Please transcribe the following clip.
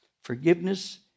Forgiveness